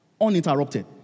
Uninterrupted